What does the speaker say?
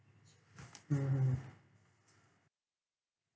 mmhmm